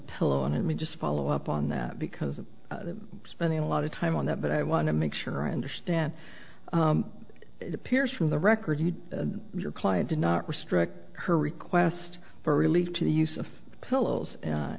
pillow and i mean just follow up on that because i'm spending a lot of time on that but i want to make sure i understand it appears from the record you and your client did not restrict her request for relief to the use of pillows